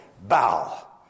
bow